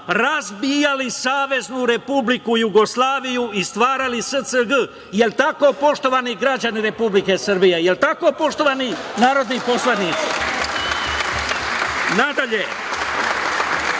razbijali Saveznu Republiku Jugoslaviju i stvarali SCG. Je li tako poštovani građani Republike Srbije, je li tako poštovani narodni poslanici? Nadalje,